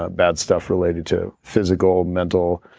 ah bad stuff related to physical, mental,